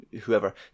whoever